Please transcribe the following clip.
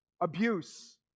abuse